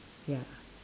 ya